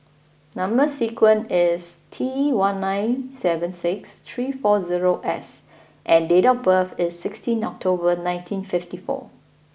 number sequence is T one nine seven six three four zero S and date of birth is sixteen October nineteen fifty four